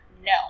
no